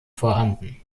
vorhanden